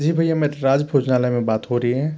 जी भय्या मेरा राज भोजनालय में बात हो रही है